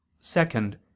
second